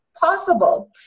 possible